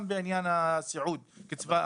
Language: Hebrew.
גם בעניין קצבת הסיעוד.